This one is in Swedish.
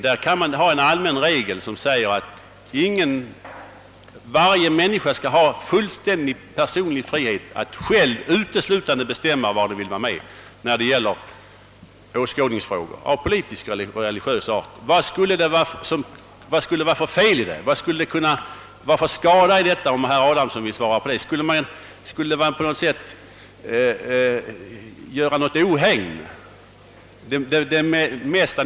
Där kan man ha en allmän regel som säger att varje människa skall ha fullständig personlig frihet att bestämma hur hon skall ställa sig i åskådningsfrågor av politisk eller religiös art. Vad skulle det ligga för fel i det? Herr Adamsson vill kanske svara på frågan, om det skulle göra något ohägn eller någon skada.